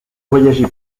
voyagé